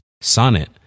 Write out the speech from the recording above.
Sonnet